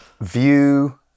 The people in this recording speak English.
...view